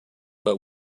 but